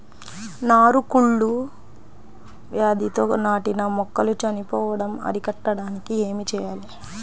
నారు కుళ్ళు వ్యాధితో నాటిన మొక్కలు చనిపోవడం అరికట్టడానికి ఏమి చేయాలి?